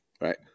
Right